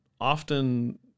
often